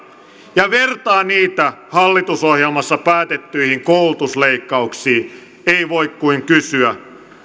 ja vertaa niitä hallitusohjelmassa päätettyihin koulutusleikkauksiin ei voi kuin kysyä